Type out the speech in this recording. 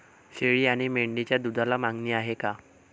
शेळी आणि मेंढीच्या दूधाला मागणी आहे का?